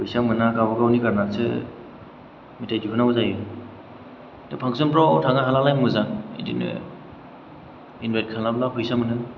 फैसा मोना गावबा गावनि गारनानैसो मेथाइ दिहुननांगौ जायो दा फांसनफ्राव थांनो हाबालाय मोजां बिदिनो इनभाइत खालामब्ला फैसा मोनो